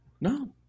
No